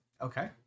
Okay